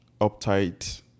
uptight